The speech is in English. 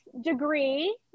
degree